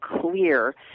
clear